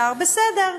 בשר, בסדר.